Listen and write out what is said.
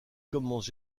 commence